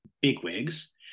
bigwigs